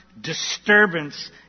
disturbance